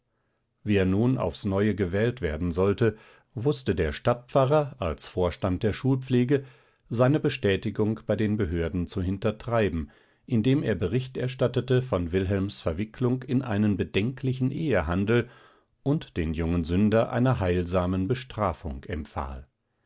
wie er nun aufs neue gewählt werden sollte wußte der stadtpfarrer als vorstand der schulpflege seine bestätigung bei den behörden zu hintertreiben indem er bericht erstattete von wilhelms verwicklung in einem bedenklichen ehehandel und den jungen sünder einer heilsamen bestrafung empfahl